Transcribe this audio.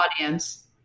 audience